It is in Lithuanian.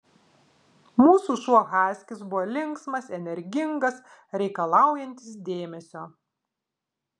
mūsų šuo haskis buvo linksmas energingas reikalaujantis dėmesio